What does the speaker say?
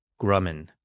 Grumman